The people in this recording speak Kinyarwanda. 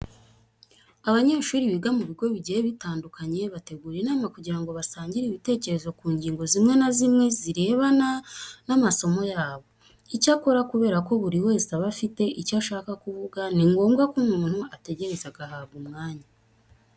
Abanyeshuri biga mu bigo bigiye bitandukanye bategura inama kugira ngo basangire ibitekerezo ku ngingo zimwe na zimwe zirebana n'amasomo yabo. Icyakora kubera ko buri wese aba afite icyo ashaka kuvuga, ni ngombwa ko umuntu ategereza agahabwa umwanya.